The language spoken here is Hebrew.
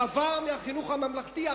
מעבר מהחינוך הממלכתי?